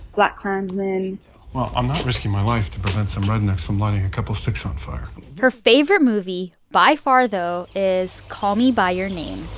blackkklansman. well, i'm not risking my life to prevent some rednecks from lighting a couple sticks on fire her favorite movie by far, though, is call me by your name.